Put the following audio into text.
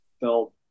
felt